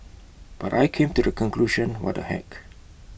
but I came to the conclusion what the heck